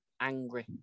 angry